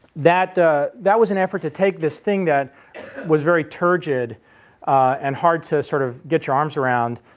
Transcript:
that that was an effort to take this thing that was very turgid and hard to sort of get your arms around,